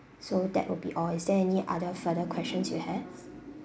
so that will be all is there any other further questions you have